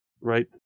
right